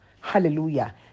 Hallelujah